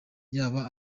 yaba